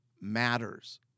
matters